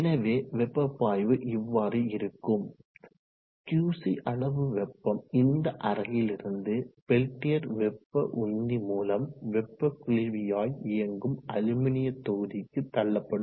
எனவே வெப்ப பாய்வு இவ்வாறு இருக்கும் QC அளவு வெப்பம் இந்த அறையிலிருந்து பெல்டியர் வெப்ப உந்தி மூலம் வெப்ப குளிர்வியாய் இயங்கும் அலுமினிய தொகுதிக்கு தள்ளப்படும்